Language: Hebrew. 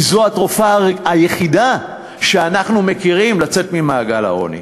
כי זאת התרופה היחידה שאנחנו מכירים ליציאה ממעגל העוני.